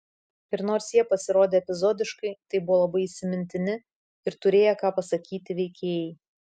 ir nors jie pasirodė epizodiškai tai buvo labai įsimintini ir turėję ką pasakyti veikėjai